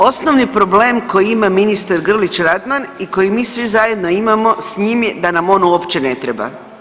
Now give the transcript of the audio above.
Osnovni problem koji ima ministar Grlić Radman i kojeg mi svi zajedno imamo s njim je da nam on uopće ne treba.